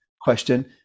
question